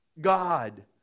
God